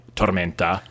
tormenta